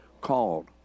called